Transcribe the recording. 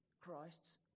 Christ's